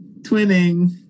Twinning